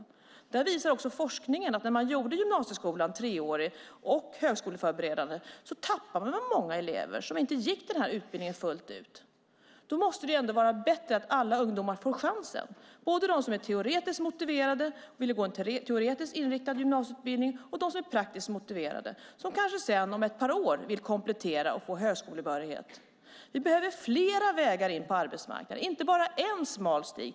Forskningen visar också att när man gjorde gymnasieskolan treårig och högskoleförberedande tappade man många elever som inte gick den här utbildningen fullt ut. Det måste vara bättre att alla ungdomar får chansen, både de som är teoretiskt motiverade och vill gå en teoretiskt inriktad gymnasieutbildning och de som är praktiskt motiverade och kanske sedan, om ett par år, vill komplettera och få högskolebehörighet. Vi behöver flera vägar in på arbetsmarknaden och inte bara en smal stig.